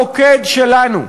המוקד שלנו,